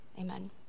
Amen